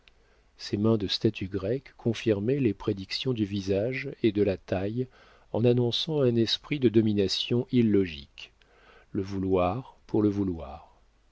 ses mains de statue grecque confirmaient les prédictions du visage et de la taille en annonçant un esprit de domination illogique le vouloir pour le vouloir